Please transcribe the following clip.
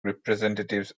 representatives